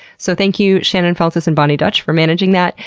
so thank you shannon feltus and boni dutch for managing that.